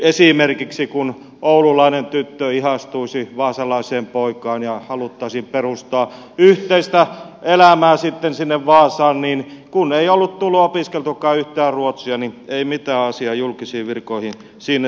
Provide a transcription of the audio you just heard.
esimerkiksi kun oululainen tyttö ihastuisi vaasalaiseen poikaan ja haluttaisiin perustaa yhteistä elämää sitten sinne vaasaan niin kun ei ollut tullut opiskeltua yhtään ruotsia ei ole mitään asiaa julkisiin virkoihin sinne seudulle